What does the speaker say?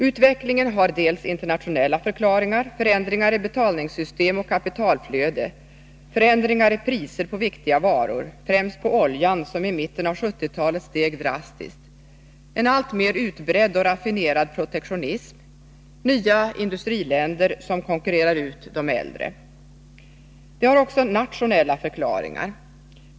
Utvecklingen har dels internationella förklaringar, förändringar i betalningssystem och kapitalflöde, förändringar i priser på viktiga varor, främst på oljan, som i mitten på 1970-talet steg drastiskt, en alltmer utbredd och raffinerad protektionism, nya industriländer som konkurrerar ut de äldre m.m. Det har också nationella förklaringar.